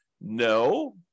No